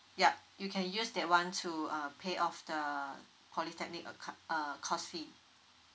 yup you can use that [one] to uh pay off the polytechnic accou~ uh course fee